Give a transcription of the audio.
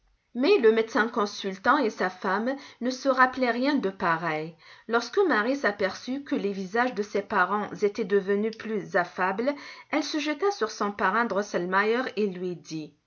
mais le médecin consultant et sa femme ne se rappelaient rien de pareil lorsque marie s'aperçut que les visages de ses parents étaient devenus plus affables elle se jeta sur son parrain drosselmeier et lui dit